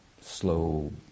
slow